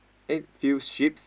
eh few sheeps